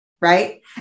Right